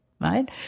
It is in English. right